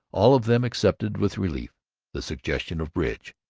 all of them accepted with relief the suggestion of bridge.